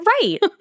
Right